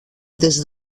des